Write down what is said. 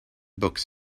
books